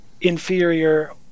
inferior